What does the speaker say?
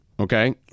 Okay